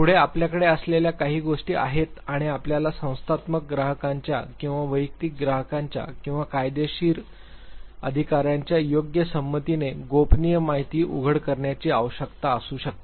पुढे आपल्याकडे असलेल्या काही गोष्टी आहेत किंवा आपल्याला संस्थात्मक ग्राहकांच्या किंवा वैयक्तिक ग्राहकांच्या किंवा कायदेशीर अधिकाऱ्यांच्या योग्य संमतीने गोपनीय माहिती उघड करण्याची आवश्यकता असू शकते